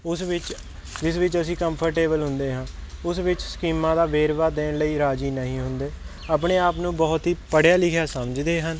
ਉਸ ਵਿੱਚ ਜਿਸ ਵਿੱਚ ਅਸੀਂ ਕੰਫਰਟੇਬਲ ਹੁੰਦੇ ਹਾਂ ਉਸ ਵਿੱਚ ਸਕੀਮਾਂ ਦਾ ਵੇਰਵਾ ਦੇਣ ਲਈ ਰਾਜ਼ੀ ਨਹੀਂ ਹੁੰਦੇ ਆਪਣੇ ਆਪ ਨੂੰ ਬਹੁਤ ਹੀ ਪੜ੍ਹਿਆ ਲਿਖਿਆ ਸਮਝਦੇ ਹਨ